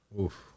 Oof